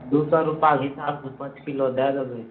दू सए रूपा कऽ हिसाबसँ पाँच किलो दै देबै